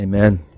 Amen